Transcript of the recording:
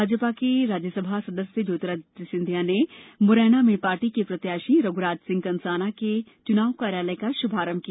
भाजपा के राज्यसभा सदस्य ज्योतिरादित्य सिंधिया ने मुरैना में पार्टी के प्रत्याशी रघुराज कंषाना के चुनाव कार्यालय का शुभारंभ किया